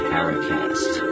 Paracast